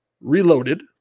reloaded